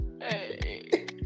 Hey